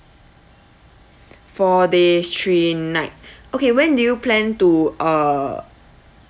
four days three night okay when do you plan to uh